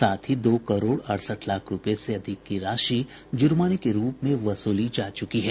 साथ ही दो करोड़ अड़सठ लाख रुपये से अधिक की रशि ज़र्माने के रूप में वसूली जा चुकी है